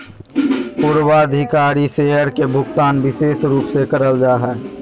पूर्वाधिकारी शेयर के भुगतान विशेष रूप से करल जा हय